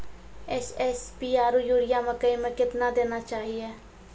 SSP आरु urea मकई मे कितना देना चाहिए?